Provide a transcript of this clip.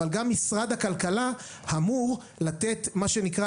אבל גם משרד הכלכלה אמור לתת מה שנקרא